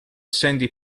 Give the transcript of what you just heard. sandy